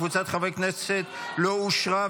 לא נתקבלה.